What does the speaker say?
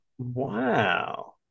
Wow